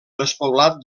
despoblat